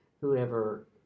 whoever